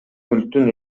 мүлктүн